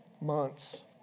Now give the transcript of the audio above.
months